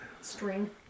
string